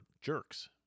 jerks